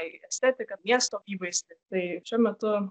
į estetiką miesto įvaizdį tai šiuo metu